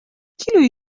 کیلویی